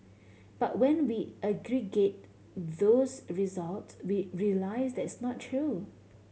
but when we aggregate those results we realise that's not true